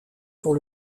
pour